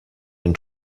been